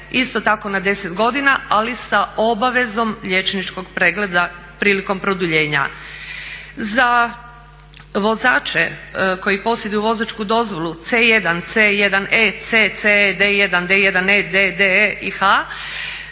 isto tako na 10 godina ali sa obavezom liječničkog pregleda prilikom produljenja. Za vozače koji posjeduju vozačku dozvolu C1, C1E, CC, D1, D1E, DDE i H,